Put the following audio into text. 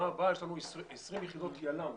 20 יחידות יל"מ,